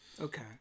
Okay